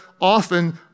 often